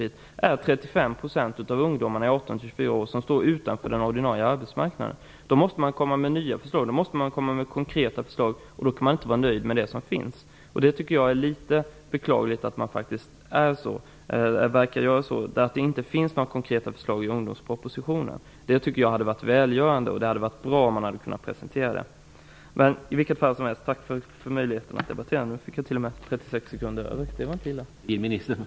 Där står 35 % av ungdomarna mellan 18 och 24 år utanför den ordinarie arbetsmarknaden. Då måste man komma med nya, konkreta förslag. Då kan man inte vara nöjd med det som finns. Jag tycker att det är beklagligt att man verkar vara det, att det inte finns några konkreta förslag i ungdomspropositionen. Det hade varit välgörande och bra om man hade kunnat presentera sådana. I vilket fall som helst: Tack för möjligheten att debattera! Nu fick jag t.o.m. 36 sekunder över. Det var inte illa.